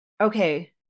okay